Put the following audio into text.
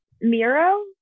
Miro